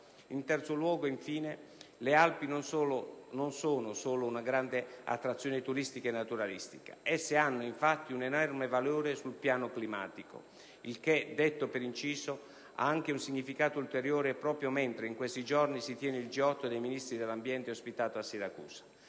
In terzo luogo, infine, le Alpi non sono solo una grande attrazione turistica e naturalistica. Esse hanno, infatti, un enorme valore sul piano climatico, il che, detto per inciso, ha anche un significato ulteriore proprio in occasione del G8 dei Ministri dell'ambiente, ospitato a Siracusa.